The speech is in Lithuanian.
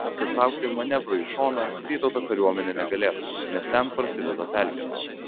pasitraukti manevrui į šoną vytauto kariuomenė negalėtų nes ten prasideda pelkės